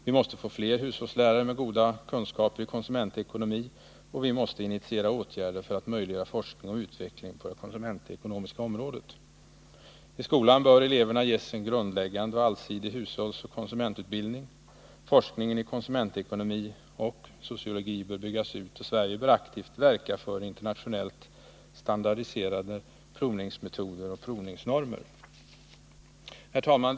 Vi måste få fler hushållslärare med goda kunskaper i konsumentekonomi, och vi måste initiera åtgärder för att möjliggöra forskning och utveckling på det konsumentekonomiska området. I skolan bör eleverna ges en grundläggande och allsidig hushållsoch konsumentutbildning. Forskningen i konsumentekonomi och konsumentsociologi bör byggas ut, och Sverige bör aktivt verka för internationellt standardiserade provningsmetoder och provningsnormer. Herr talman!